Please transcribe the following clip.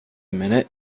minute